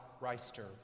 Reister